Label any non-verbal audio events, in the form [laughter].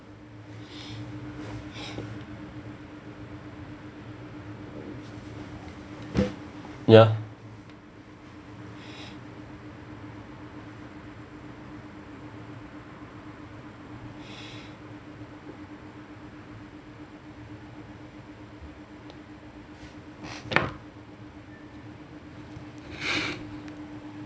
ya [breath]